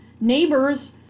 Neighbors